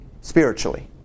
spiritually